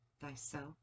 thyself